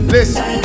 Listen